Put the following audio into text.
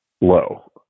low